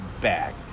back